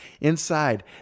inside